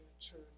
true